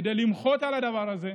כדי למחות על הדבר הזה,